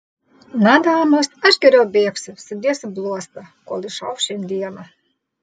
na damos aš geriau bėgsiu sudėsiu bluostą kol išauš šiandiena